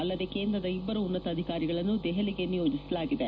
ಅಲ್ಲದೆ ಕೇಂದ್ರದ ಇಬ್ಬರು ಉನ್ನತ ಅಧಿಕಾರಿಗಳನ್ನೂ ದೆಹಲಿಗೆ ನಿಯೋಜಿಸಲಾಗಿದೆ